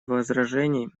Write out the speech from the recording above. возражений